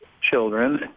children